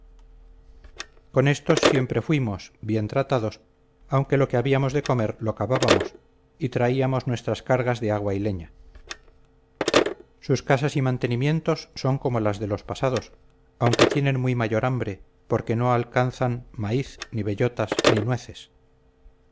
con estos siempre fuimos bien tratados aunque lo que habíamos de comer lo cavábamos y traíamos nuestras cargas de agua y leña sus casas y mantenimientos son como las de los pasados aunque tienen muy mayor hambre porque no alcanzan maíz ni bellotas ni nueces